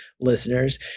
listeners